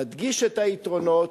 נדגיש את היתרונות,